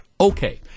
okay